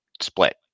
split